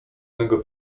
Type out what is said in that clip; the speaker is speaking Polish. mego